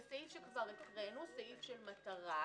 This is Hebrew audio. בסעיף שכבר קראנו סעיף של מטרה,